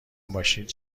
باشید